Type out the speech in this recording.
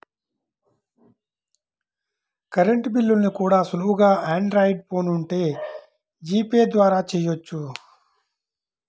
current బిల్లుల్ని కూడా సులువుగా ఆండ్రాయిడ్ ఫోన్ ఉంటే జీపే ద్వారా చెయ్యొచ్చు